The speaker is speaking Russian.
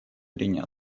зрения